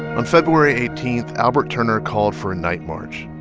on february eighteen, albert turner called for a night march.